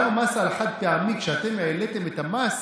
גם המס על החד-פעמי, כשאתם העליתם את המס,